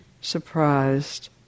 surprised